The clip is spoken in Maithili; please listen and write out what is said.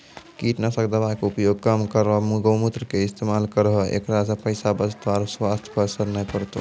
कीटनासक दवा के उपयोग कम करौं गौमूत्र के इस्तेमाल करहो ऐकरा से पैसा बचतौ आरु स्वाथ्य पर असर नैय परतौ?